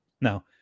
Now